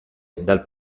dal